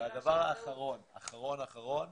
והדבר האחרון, אחרון אחרון,